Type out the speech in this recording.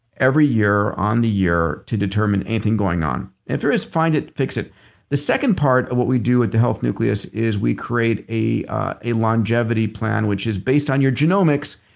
every year on the year to determine anything going on. if there is find it, fix it the second part of what we do at the health nucleus is we create a a longevity plan which is based on your genomics.